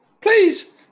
please